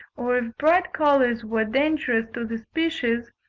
or if bright colours were dangerous to the species,